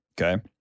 okay